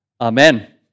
Amen